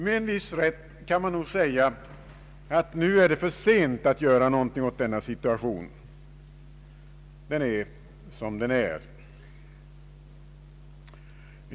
Med en viss rätt kan kanske sägas att det är för sent att göra någonting åt denna situation — den är som den är.